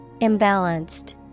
Imbalanced